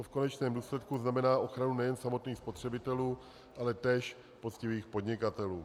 To v konečném důsledku znamená ochranu nejen samotných spotřebitelů, ale též poctivých podnikatelů.